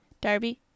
Darby